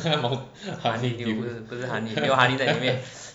moun~ honeydew